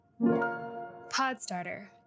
Podstarter